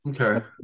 Okay